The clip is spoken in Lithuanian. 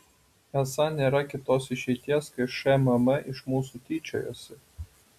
esą nėra kitos išeities kai šmm iš mūsų tyčiojasi